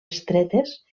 estretes